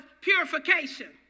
purification